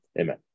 Amen